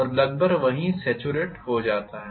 और लगभग वहीं सॅचरेट हो जाता है